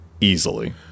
easily